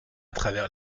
travers